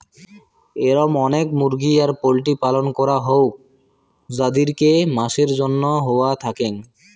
এরম অনেক মুরগি আর পোল্ট্রির পালন করাং হউক যাদিরকে মাসের জন্য রাখা হওয়া থাকেঙ